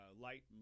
light